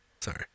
Sorry